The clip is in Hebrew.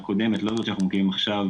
לא זאת שאנחנו מכירים עכשיו,